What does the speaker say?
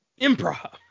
Improv